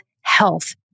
health